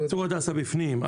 צור הדסה בפנים,